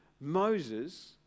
Moses